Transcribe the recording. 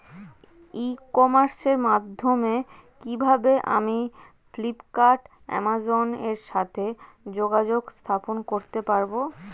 ই কমার্সের মাধ্যমে কিভাবে আমি ফ্লিপকার্ট অ্যামাজন এর সাথে যোগাযোগ স্থাপন করতে পারব?